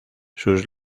sus